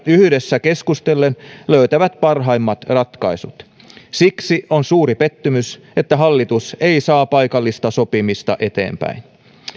yhdessä keskustellen löytävät parhaimmat ratkaisut siksi on suuri pettymys että hallitus ei saa paikallista sopimista eteenpäin